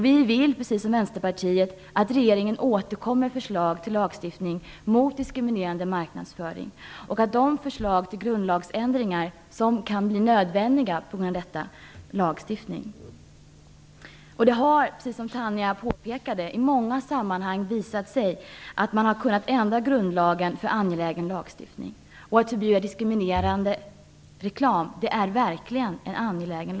Vi vill, precis som Vänsterpartiet, att regeringen återkommer med förslag till lagstiftning mot diskriminerande marknadsföring och förslag till de grundlagsändringar som kan bli nödvändiga på grund av denna lagstiftning. Precis som Tanja Linderborg påpekade har det i många sammanhang visat sig att man har kunnat ändra grundlagen när det har gällt en angelägen lagstiftning. Och att förbjuda diskriminerande reklam är verkligen angeläget.